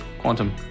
Quantum